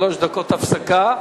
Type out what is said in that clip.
שלוש דקות הפסקה,